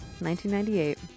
1998